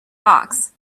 fox